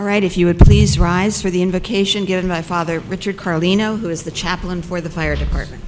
right if you would please rise for the invocation give my father richard carlino who is the chaplain for the fire department